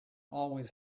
always